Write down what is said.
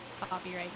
copyright